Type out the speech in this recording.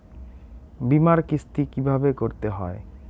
বিমার কিস্তি কিভাবে করতে হয়?